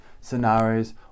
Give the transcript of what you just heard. scenarios